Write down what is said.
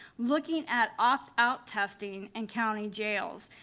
looking at opt out test in and county jails,